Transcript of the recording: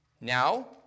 Now